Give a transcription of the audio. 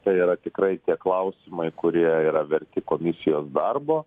tai yra tikrai tie klausimai kurie yra verti komisijos darbo